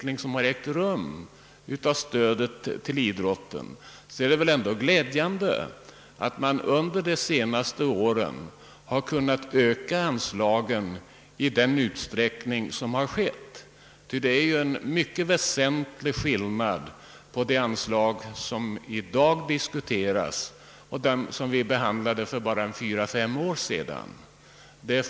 Idrotten har under senare år kunnat få ökade anslag. Det är en väsentlig skillnad på de anslag som i dag diskuteras och dem vi behandlade för bara några år sedan.